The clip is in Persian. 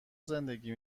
زندگی